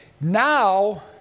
now